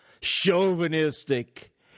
chauvinistic